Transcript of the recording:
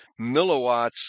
milliwatts